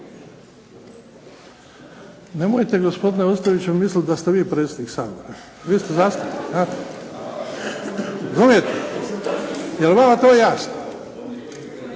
Nemojte gospodine Ostojiću misliti da ste vi predsjednik Sabora. Vi ste zastupnik znate, razumijete. Jel vama to jasno.